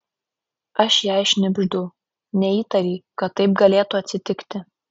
aš jai šnibždu neįtarei kad taip galėtų atsitikti